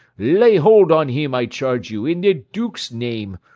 lay hold on him, i charge you, in the duke's name.